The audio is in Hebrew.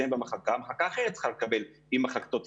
ומחלקה אחרת צריכה לקבל אותם